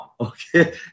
Okay